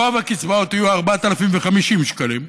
רוב הקצבאות יהיו 4,050 שקלים,